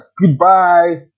goodbye